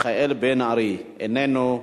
מיכאל בן-ארי, איננו.